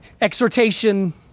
exhortation